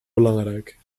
belangrijk